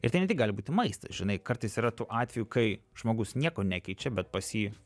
ir tai ne tik gali būti maistas žinai kartais yra tų atvejų kai žmogus nieko nekeičia bet pas jį